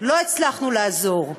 לא הצלחנו לעזור,